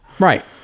Right